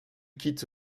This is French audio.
quitte